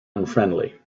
unfriendly